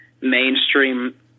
mainstream